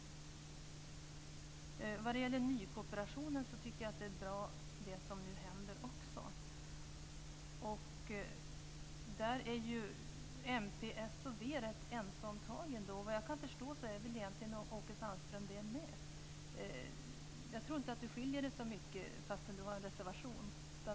Vad gäller nykooperationen tycker jag också att det som nu händer är bra. Där är mp, s och v rätt så ense om tagen, och vad jag kan förstå är väl egentligen Åke Sandström det också. Jag tror inte att han skiljer sig så mycket från oss, fastän han har en reservation.